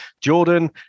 jordan